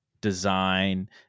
design